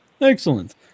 excellent